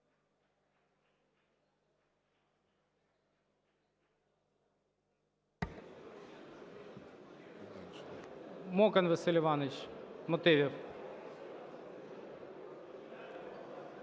Мокан Василь Іванович, з мотивів.